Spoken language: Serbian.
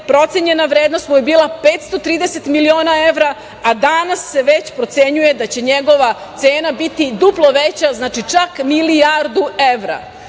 procenjena vrednost mu je bila 530 miliona evra, a danas se već procenjuje da će njegova cena biti duplo veća, znači čak milijardu